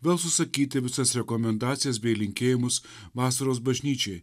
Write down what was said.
gal susakyti visas rekomendacijas bei linkėjimus vasaros bažnyčiai